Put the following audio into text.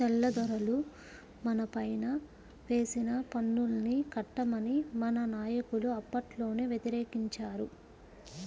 తెల్లదొరలు మనపైన వేసిన పన్నుల్ని కట్టమని మన నాయకులు అప్పట్లోనే వ్యతిరేకించారు